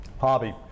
hobby